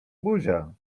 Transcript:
buzia